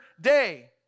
day